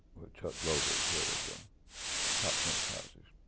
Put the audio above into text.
chuck glover as head of ah cox enterprises.